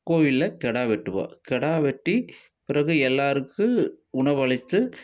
கோயிலில் கிடா வெட்டுவோம் கிடா வெட்டி பிறகு எல்லாருக்கும் உணவு அளித்து